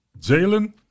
Jalen